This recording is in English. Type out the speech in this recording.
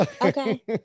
Okay